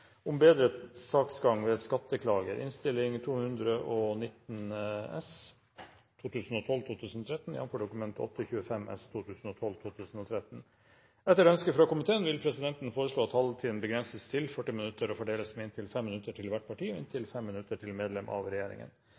Etter ønske fra finanskomiteen vil presidenten foreslå at taletiden begrenses til 40 minutter og fordeles med inntil 5 minutter til hvert parti og inntil 5 minutter til medlem av regjeringen.